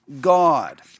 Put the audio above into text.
God